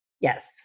Yes